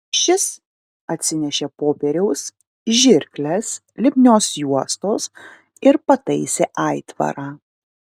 šis atsinešė popieriaus žirkles lipnios juostos ir pataisė aitvarą